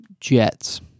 Jets